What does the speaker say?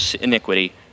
iniquity